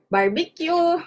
Barbecue